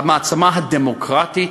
המעצמה הדמוקרטית